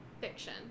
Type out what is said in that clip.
Fiction